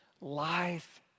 life